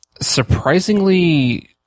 surprisingly